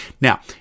now